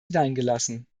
hineingelassen